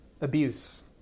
abuse